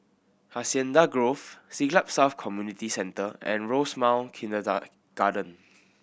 Hacienda Grove Siglap South Community Centre and Rosemount garden